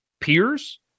peers